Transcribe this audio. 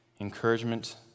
encouragement